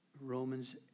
Romans